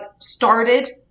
started